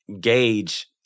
gauge